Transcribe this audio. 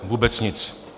Vůbec nic.